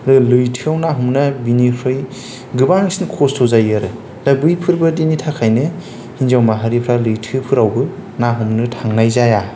बे लैथोआव ना हमनाया बेनिफ्राय गोबांसिन खस्थ' जायो आरो दा बैफोरबादिनि थाखायनो हिन्जाव माहारिफोरा लैथोफोरावबो ना हमनो थांनाय जाया